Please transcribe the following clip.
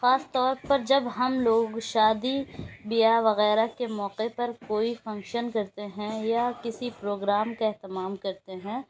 خاص طور پر جب ہم لوگ شادی بیاہ وغیرہ کے موقعے پر کوئی فنکشن کرتے ہیں یا کسی پروگرام کا اہتمام کرتے ہیں